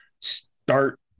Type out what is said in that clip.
Start